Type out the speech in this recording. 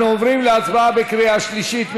אנחנו עוברים להצבעה בקריאה שלישית.